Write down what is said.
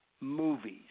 movies